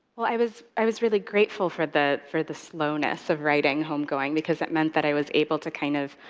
well, i was i was really grateful for the for the slowness of writing homegoing, because that meant that i was able to kind of,